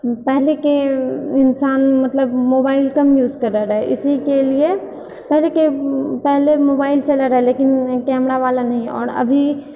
पहलेके इन्सान मतलब मोबाइल कम यूज करए रहै इसीके लिए पहलेके पहले मोबाइल चलए रहै लेकिन कैमरा वाला नहि आओर अभी